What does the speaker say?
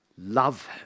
Love